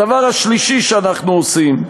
הדבר השלישי שאנחנו עושים,